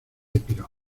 epiro